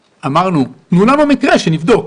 אמרנו, תנו לנו מקרה שנבדוק.